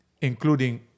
including